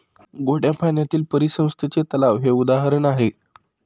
गोड्या पाण्यातील परिसंस्थेचे तलाव हे उदाहरण आहे